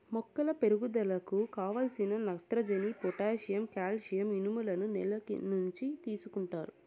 మొక్కల పెరుగుదలకు కావలసిన నత్రజని, పొటాషియం, కాల్షియం, ఇనుములను నేల నుంచి తీసుకుంటాయి